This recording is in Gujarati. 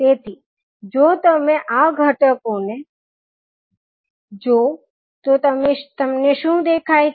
તેથી જો તમે આ ઘટકોને જોવ તો તમને શું દેખાય છે